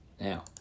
Now